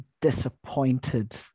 disappointed